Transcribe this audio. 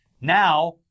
now